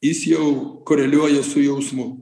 jis jau koreliuoja su jausmu